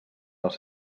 els